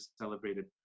celebrated